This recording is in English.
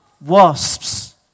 wasps